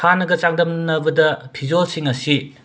ꯍꯥꯟꯅꯒ ꯆꯥꯡꯗꯝꯅꯕꯗ ꯐꯤꯖꯣꯜꯁꯤꯡ ꯑꯁꯤ